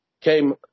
came